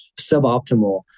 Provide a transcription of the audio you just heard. suboptimal